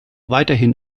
weiterhin